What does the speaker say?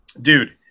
Dude